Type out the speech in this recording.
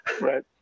Right